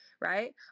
right